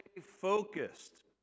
focused